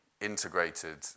integrated